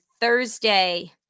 Thursday